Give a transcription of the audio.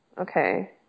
Okay